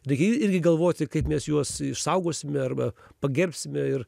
reikia irgi galvoti kaip mes juos išsaugosime arba pagerbsime ir